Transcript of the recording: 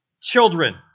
Children